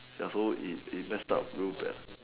ya so it it lets stuck roof there